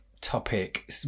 topic